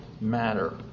matter